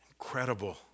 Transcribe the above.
Incredible